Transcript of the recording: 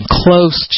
close